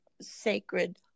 sacred